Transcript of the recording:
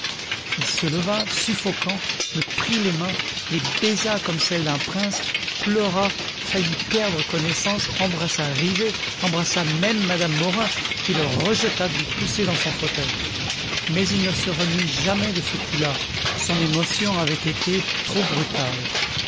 il se leva suffoquant me prit les mains les baisa comme celles d'un prince pleura faillit perdre connaissance embrassa rivet embrassa même mme morin qui le rejeta d'une poussée dans son fauteuil mais il ne se remit jamais de ce coup-là son émotion avait été trop brutale